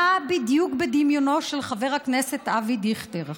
מה בדיוק בדמיונו של חבר הכנסת אבי דיכטר,